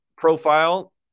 profile